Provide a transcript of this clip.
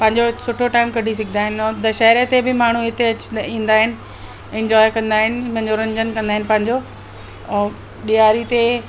पंहिंजो सुठो टाइम कढी सघंदा आहिनि ऐं दशहरे ते बि माण्हू इते ईंदा आहिनि इंजॉय कंदा आहिनि मनोरंजन कंदा आहिनि पंहिंजे ऐं ॾियारी ते